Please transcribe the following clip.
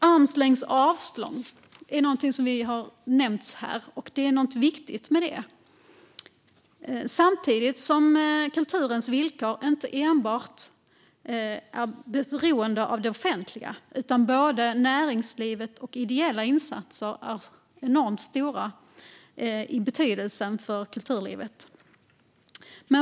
Armlängds avstånd har nämnts här, och det är något viktigt med det. Kulturens villkor är inte enbart beroende av det offentliga. Både näringslivet och ideella insatser har enormt stor betydelse för kulturlivet.